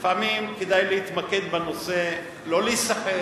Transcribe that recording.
לפעמים כדאי להתמקד בנושא, לא להיסחף,